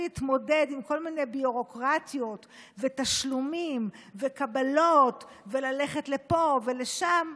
להתמודד עם כל מיני ביורוקרטיות ותשלומים וקבלות וללכת לפה ולשם,